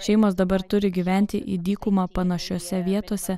šeimos dabar turi gyventi į dykumą panašiose vietose